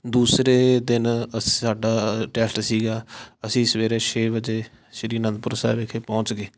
ਦੂਸਰੇ ਦਿਨ ਅ ਸਾਡਾ ਟੈਸਟ ਸੀਗਾ ਅਸੀਂ ਸਵੇਰੇ ਛੇ ਵਜੇ ਸ਼੍ਰੀ ਅਨੰਦਪੁਰ ਸਾਹਿਬ ਵਿਖੇ ਪਹੁੰਚ ਗਏ